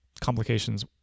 complications